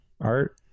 Art